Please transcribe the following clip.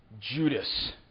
Judas